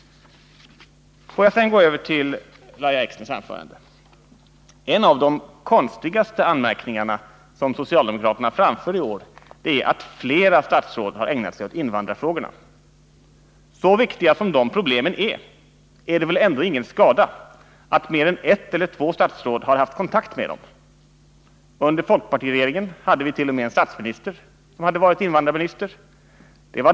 Får jag sedan gå över till Lahja Exners anförande. En av de konstigaste anmärkningarna som socialdemokraterna framför i år är att flera statsråd har ägnat sig åt invandrarfrågorna. Så viktiga som de problemen är kan det väl ändå inte skada att mer än ett eller två statsråd har haft kontakt med dem. Under folkpartiregeringen hade vi t.o.m. en statsminister som hade varit invandrarminister.